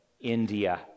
India